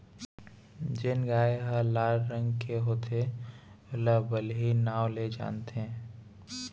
जेन गाय ह लाल रंग के होथे ओला बलही नांव ले जानथें